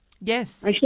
Yes